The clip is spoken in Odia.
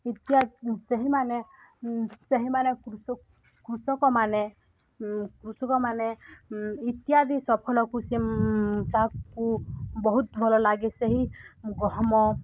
ଇତ୍ୟାଦ ସେହିମାନେ ସେହିମାନେ କୃଷ କୃଷକମାନେ କୃଷକମାନେ ଇତ୍ୟାଦି ସଫଳକୁ ସେ ତାକୁ ବହୁତ ଭଲ ଲାଗେ ସେହି ଗହମ